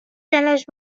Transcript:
دلش